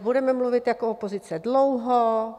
Budeme mluvit jako opozice dlouho.